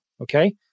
Okay